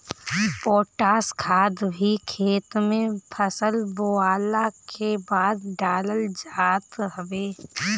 potash खाद भी खेत में फसल बोअला के बाद डालल जात हवे